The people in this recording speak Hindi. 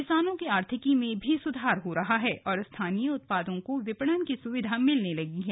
किसानों की आर्थिकी में भी सुधार हो रहा है और स्थानीय उत्पादों को विपणन की सुविधा मिलने लगी है